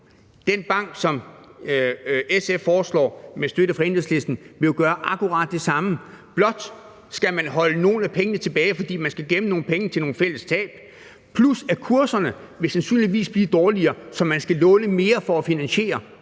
Den bank, som SF med støtte fra Enhedslisten foreslår, vil jo gøre akkurat det samme, blot skal man holde nogle af pengene tilbage, fordi man skal gemme nogle penge til nogle fælles tab, plus at kurserne sandsynligvis vil blive dårligere, så man skal låne mere for at finansiere,